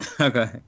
Okay